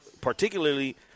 particularly